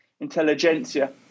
intelligentsia